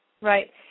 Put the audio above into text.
Right